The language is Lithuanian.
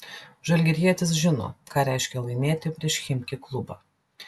žalgirietis žino ką reiškia laimėti prieš chimki klubą